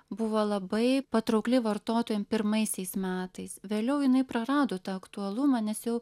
buvo labai patraukli vartotojam pirmaisiais metais vėliau jinai prarado tą aktualumą nes jau